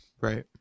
right